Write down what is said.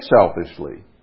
selfishly